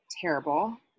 terrible